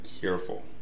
careful